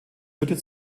führte